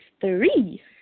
three